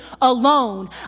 alone